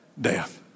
death